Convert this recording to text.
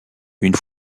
une